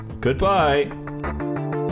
Goodbye